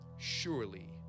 Surely